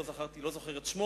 אני לא זוכר את שמו,